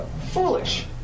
foolish